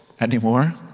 anymore